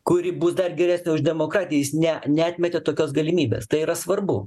kuri bus dar geresnė už demokratiją jis ne neatmetė tokios galimybės tai yra svarbu